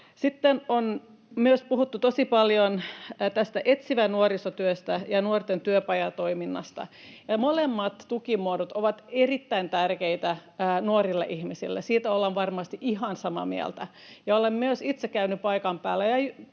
Sitten on myös puhuttu tosi paljon etsivästä nuorisotyöstä ja nuorten työpajatoiminnasta. Molemmat tukimuodot ovat erittäin tärkeitä nuorille ihmisille — siitä ollaan varmasti ihan samaa mieltä. Olen myös itse käynyt paikan päällä